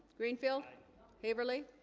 greenfield haverly